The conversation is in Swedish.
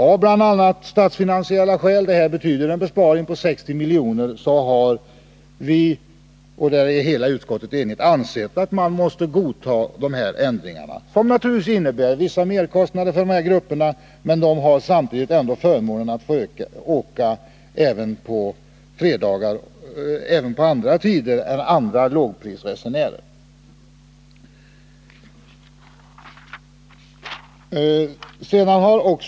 Av bl.a. statsfinansiella skäl — det här betyder en besparing på 60 milj.kr. — har vi, och där hela utskottet är enigt, ansett att man måste godta de här ändringarna, som naturligtvis innebär vissa merkostnader för dessa grupper. Men dessa grupper har ändå förmånen att få resa även på de tider då andra lågprisresenärer inte får resa.